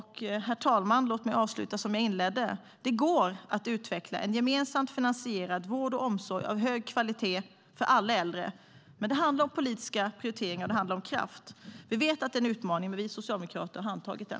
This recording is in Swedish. Herr talman! Låt mig avsluta som jag inledde: Det går att utveckla en gemensamt finansierad vård och omsorg av hög kvalitet för alla äldre. Men det handlar om politiska prioriteringar, och det handlar om kraft. Vi vet att det är en utmaning, men vi socialdemokrater har antagit den.